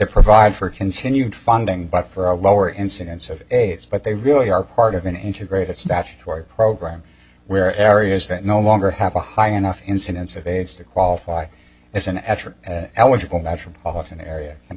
provide for continued funding but for a lower incidence of aids but they really are part of an integrated statutory program where areas that no longer have a high enough incidence of aids to qualify as an eligible natural often area and